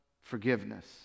Forgiveness